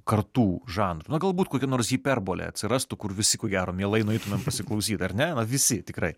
kartų žanro na galbūt kokia nors hiperbolė atsirastų kur visi ko gero mielai nueitumėm pasiklausyt ar ne visi tikrai